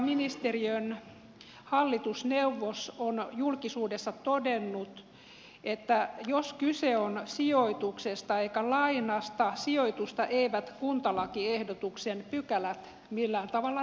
valtiovarainministeriön hallitusneuvos on julkisuudessa todennut että jos kyse on sijoituksesta eikä lainasta sijoitusta eivät kuntalakiehdotuksen pykälät millään tavalla rajoita